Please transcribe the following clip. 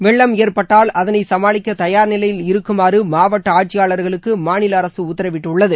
வெள்ளம் ஏற்பட்டால் அதனை சமாளிக்க தயார் நிலையில் இருக்குமாறு மாவட்ட ஆட்சியாளர்களுக்கு மாநில அரசு உத்தரவிட்டுள்ளது